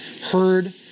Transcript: heard